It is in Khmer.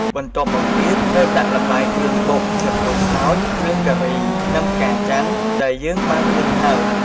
បន្ទាប់មកទៀត ត្រូវដាក់ល្បាយគ្រឿងបុក ស្លឹកក្រូចសើច គ្រឿងការីនឹងផ្កាចាន់ដែលយើងបានលីងហើយ។